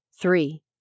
Three